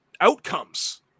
outcomes